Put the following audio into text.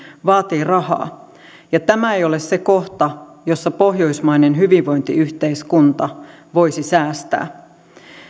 vaatii rahaa ja tämä ei ole se kohta jossa pohjoismainen hyvinvointiyhteiskunta voisi säästää